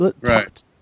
Right